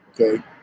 okay